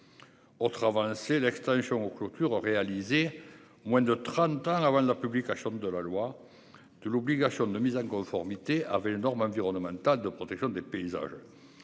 Au hein c'est l'extension aux clôture ont réalisé moins de 30 ans avant la publication de la loi de l'obligation de mise en conformité avec les normes environnementales de protection des paysages.